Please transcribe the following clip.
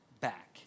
back